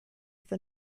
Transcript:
for